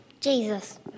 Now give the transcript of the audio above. Jesus